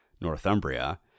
Northumbria